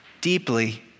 deeply